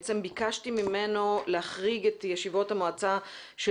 ביקשתי ממנו להחריג את ישיבות המועצה של